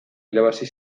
irabazi